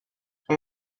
how